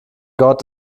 gott